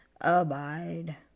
Abide